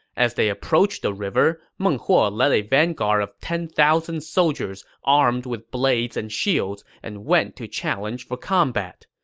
as they approached the river, meng huo led a vanguard of ten thousand soldiers armed with blades and shields and went to challenge for combat.